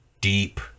deep